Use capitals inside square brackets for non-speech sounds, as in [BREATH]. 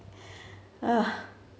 [BREATH]